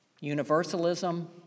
Universalism